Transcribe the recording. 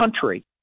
country